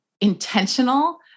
intentional